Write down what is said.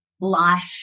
life